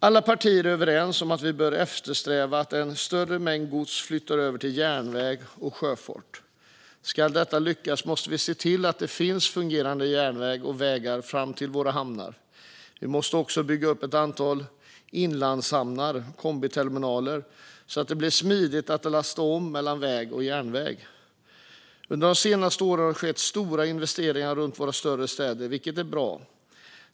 Alla partier är överens om att vi bör eftersträva att en större mängd gods flyttas över till järnväg och sjöfart. Ska detta lyckas måste vi se till att det finns fungerande järnvägar och vägar fram till våra hamnar. Vi måste också bygga upp ett antal inlandshamnar och kombiterminaler så att det blir smidigare att lasta om mellan väg och järnväg. Under de senaste åren har det skett stora investeringar runt våra större städer, vilket är bra.